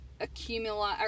accumulate